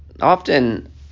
often